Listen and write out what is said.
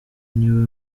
niwe